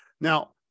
Now